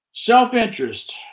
Self-interest